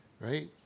right